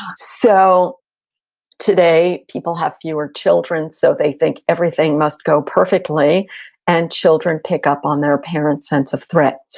ah so today, people have fewer children, so they think everything must go perfectly and children pick up on their parent's sense of threat.